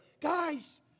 Guys